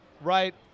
right